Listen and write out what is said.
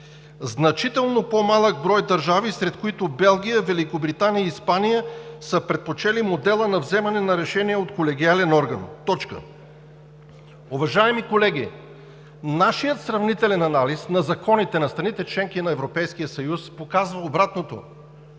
значително по-малък брой държави, сред които Белгия, Великобритания и Испания, са предпочели модела на вземане на решения от колегиален орган.“ Точка! Уважаеми колеги, нашият сравнителен анализ на законите на страните – членки на Европейския съюз, показва обратното!